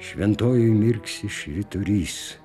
šventojoj mirksi švyturys